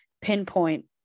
pinpoint